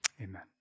Amen